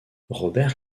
robert